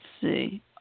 see